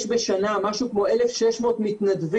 יש בשנה משהו כמו אלף שש מאות מתנדבים,